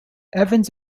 evans